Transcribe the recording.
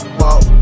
walk